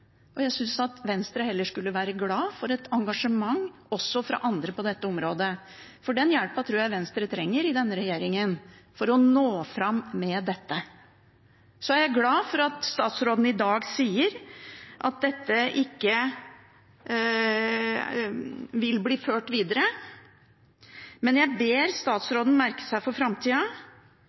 Jeg synes at Venstre heller skulle være glad for et engasjement også fra andre på dette området, for den hjelpen tror jeg Venstre trenger i denne regjeringen for å nå fram med dette. Jeg er glad for at statsråden i dag sier at dette ikke vil bli ført videre. Men jeg ber statsråden merke seg for framtida